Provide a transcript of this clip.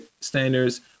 standards